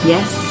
Yes